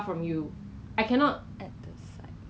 一个 secret recipe by 他的 a friend